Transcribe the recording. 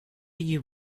you